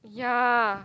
ya